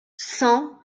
cent